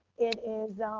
it is